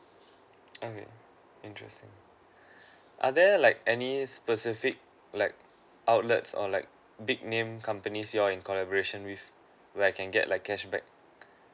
okay interesting are there like any specific like outlets or like big name companies you're in collaboration with where I can get like cashback